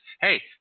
Hey